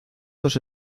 dos